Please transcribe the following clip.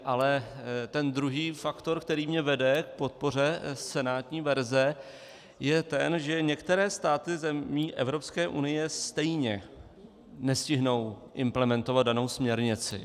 Ale druhý faktor, který mě vede k podpoře senátní verze, je ten, že některé státy zemí Evropské unie stejně nestihnou implementovat danou směrnici.